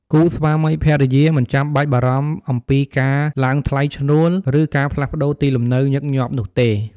គូស្វាមីភរិយាមិនចាំបាច់បារម្ភអំពីការឡើងថ្លៃឈ្នួល ឬការផ្លាស់ប្ដូរទីលំនៅញឹកញាប់នោះទេ។